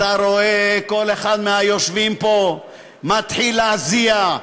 אתה רואה כל אחד מהיושבים פה מתחיל להזיע,